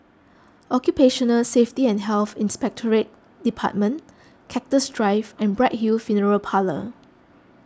Occupational Safety and Health Inspectorate Department Cactus Drive and Bright Hill Funeral Parlour